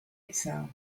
itself